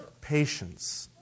patience